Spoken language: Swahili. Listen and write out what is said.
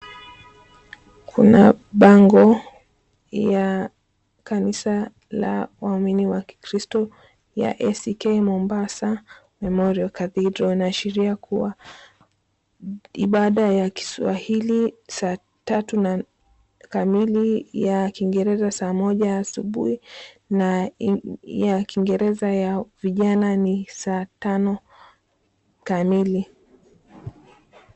Kuna bango ya kanisa la waumini wa kikiristo ya A.C.K MOMBASA Memorial Cathedral. Wanaashiria kuwa ibada ya kiswahili saa tatu kamili, ya kiingereza saa moja asubuhi na ya kiingereza ya vijana ni saa tano kamili